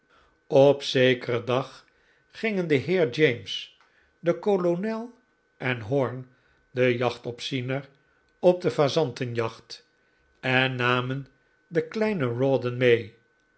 op zekeren dag gingen de heer james de kolonel en horn de jachtopziener op de fazantenjacht en namen den kleinen rawdon mee